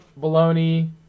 baloney